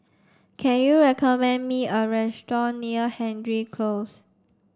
can you recommend me a restaurant near Hendry Close